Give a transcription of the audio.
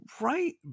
right